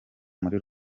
muri